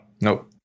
Nope